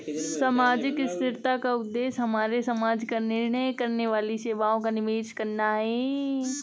सामाजिक स्थिरता का उद्देश्य हमारे समाज का निर्माण करने वाली सेवाओं का निवेश करना है